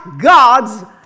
God's